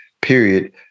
period